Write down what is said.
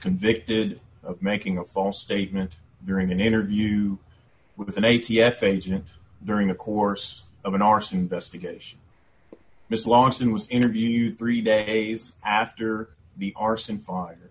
convicted of making a false statement during an interview with an a t f agent during the course of an arson investigation mrs lawson was interviewed three days after the arson fire